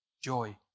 joy